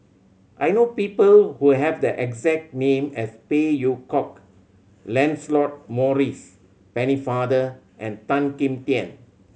I know people who have the exact name as Phey Yew Kok Lancelot Maurice Pennefather and Tan Kim Tian